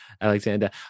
Alexander